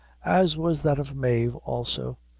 as was that of mave also,